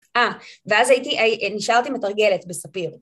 אה, ואז הייתי, נשארתי מתרגלת בספיר.